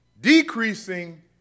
decreasing